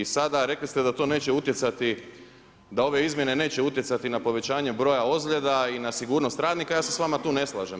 I sada mislite da to neće utjecati da ove izmjene neće utjecati na povećanje broja ozljeda i na sigurnost radnika, ja se s vama tu ne slažem.